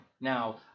Now